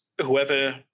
whoever